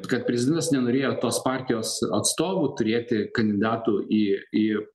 kad prezidentas nenorėjo tos partijos atstovų turėti kandidatų į į